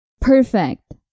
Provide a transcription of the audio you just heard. Perfect